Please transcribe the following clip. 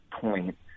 point